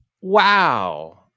Wow